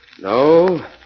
No